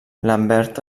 lambert